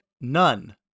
none